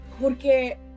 porque